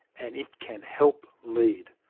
and it can help lead.